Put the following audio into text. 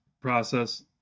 process